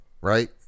right